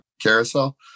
carousel